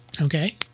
Okay